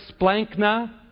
splankna